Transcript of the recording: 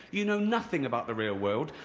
you know nothing about the real world.